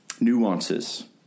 nuances